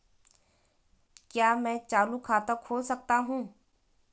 क्या मैं चालू खाता खोल सकता हूँ?